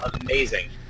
amazing